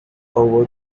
over